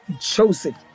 Joseph